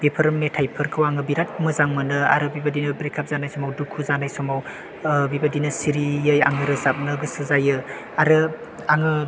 बेफोर मेथाइफोरखौ आङो बिरात मोजां मोनो आरो बेबायदिनो ब्रेकआप जानाय समाव दुखु जानाय समाव बेबायदिनो सिरियै आं रोजाबनो गोसो जायो आरो आङो